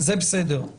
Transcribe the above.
זה בסדר.